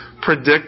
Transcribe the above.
predict